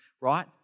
right